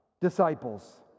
Disciples